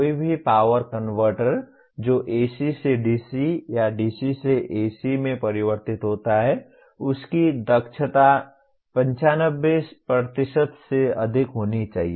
कोई भी power converter जो AC से DC या DC से AC में परिवर्तित होता है उसकी दक्षता 95 से अधिक होनी चाहिए